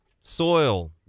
soil